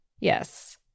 Yes